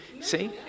see